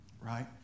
Right